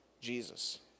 Jesus